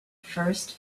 first